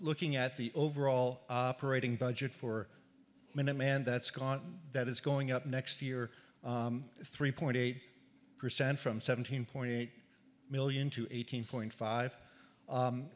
looking at the overall operating budget for minuteman that's gone that is going up next year three point eight percent from seventeen point eight million to eighteen point five